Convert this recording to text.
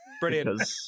Brilliant